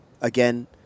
Again